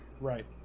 Right